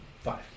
Five